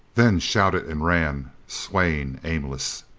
then shouted and ran, swaying, aimless.